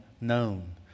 known